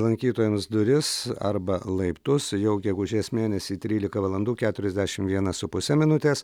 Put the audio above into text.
lankytojams duris arba laiptus jau gegužės mėnesį trylika valandų keturiasdešimt viena su puse minutės